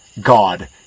God